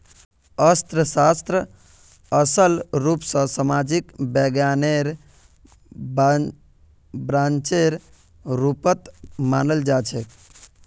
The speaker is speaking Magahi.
अर्थशास्त्रक असल रूप स सामाजिक विज्ञानेर ब्रांचेर रुपत मनाल जाछेक